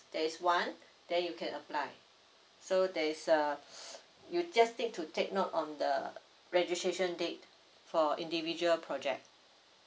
there is one then you can apply so there is uh you just need to take note on the registration date for individual project